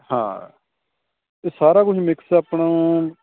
ਹਾਂ ਇਹ ਸਾਰਾ ਕੁਝ ਮਿਕਸ ਆਪਣਾ